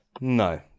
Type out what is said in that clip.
No